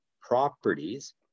properties